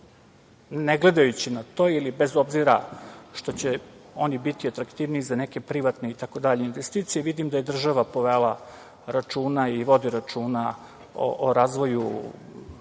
gledajući na to, ili bez obzira na to što će oni biti atraktivniji, za neke privatne itd. investicije, vidim da je država povela računa i vodi računa o razvoju